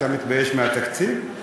אתה מתבייש בתקציב?